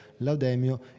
Laudemio